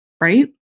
right